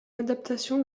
adaptation